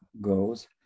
goes